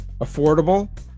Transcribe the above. Affordable